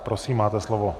Prosím, máte slovo.